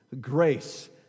grace